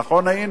נכון, היינו,